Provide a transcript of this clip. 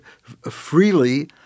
freely